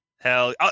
hell